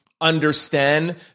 understand